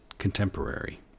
contemporary